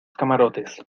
camarotes